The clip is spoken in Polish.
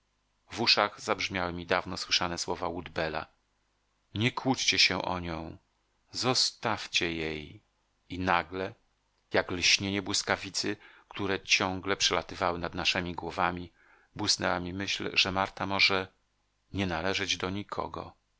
uszach zabrzmiały mi dawno słyszane słowa woodbella nie kłóćcie się o nią zostawcie jej i nagle jak lśnienie błyskawicy które ciągle przelatywały nad naszemi głowami błysnęła mi myśl że marta może nie należeć do nikogo